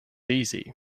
easy